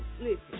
listen